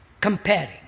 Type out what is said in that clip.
comparing